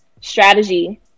strategy